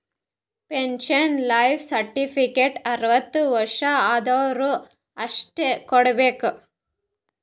pension life certificate ಅರ್ವತ್ ವರ್ಷ ಆದ್ವರು ಅಷ್ಟೇ ಕೊಡ್ಬೇಕ